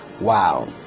wow